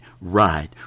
right